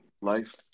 life